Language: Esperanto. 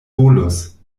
volus